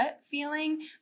feeling